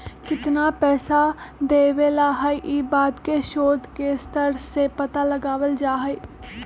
कितना पैसा देवे ला हई ई बात के शोद के स्तर से पता लगावल जा हई